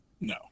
No